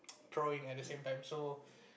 drawing at the same time so